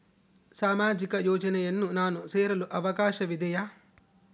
ಸಾಮಾಜಿಕ ಯೋಜನೆಯನ್ನು ನಾನು ಸೇರಲು ಅವಕಾಶವಿದೆಯಾ?